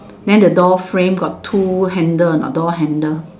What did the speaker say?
then the door frame got two handle or not door handle